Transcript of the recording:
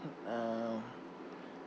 uh